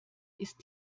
ist